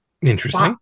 interesting